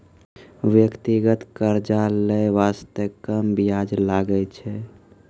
व्यक्तिगत कर्जा लै बासते कम बियाज लागै छै